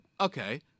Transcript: okay